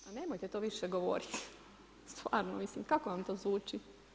Pa nemojte to više govoriti, stvarno, mislim kako vam to zvuči.